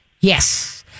Yes